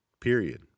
Period